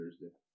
Thursday